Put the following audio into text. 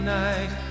night